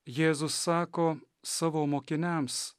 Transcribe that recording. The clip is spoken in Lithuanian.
jėzus sako savo mokiniams